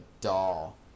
doll